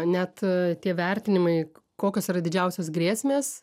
net tie vertinimai kokios yra didžiausios grėsmės